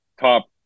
top